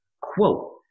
Quote